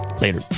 Later